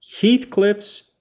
Heathcliff's